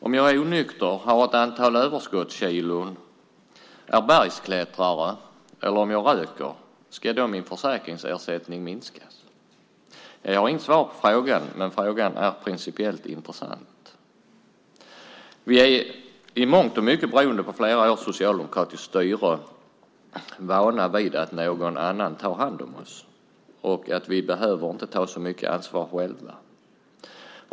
Om jag är onykter, har ett antal överskottskilon, är bergsklättrare eller om jag röker, ska då min försäkringsersättning minskas? Jag har inget svar på frågan, men frågan är principiellt intressant. Vi är vana vid, i mångt och mycket beroende på flera års socialdemokratiskt styre, att någon annan tar hand om oss och att vi inte behöver ta så mycket ansvar själva.